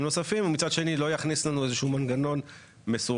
נוספים ומצד שני לא יכניס לנו איזשהו מנגנון מסורבל